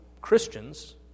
Christians